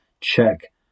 check